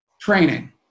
training